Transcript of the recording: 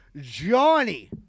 Johnny